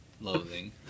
loathing